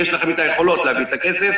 יש לכם את היכולות להביא את הכסף.